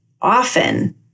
often